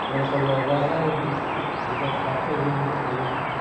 ଏଭଳି ସବୁ ଅବହେଳା ହେଇକିରି ନିଜର ସ୍ୱାର୍ଥ ଦେଖିକିରି ଚଲୁଛନ୍